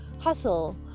hustle